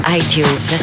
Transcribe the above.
iTunes